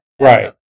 right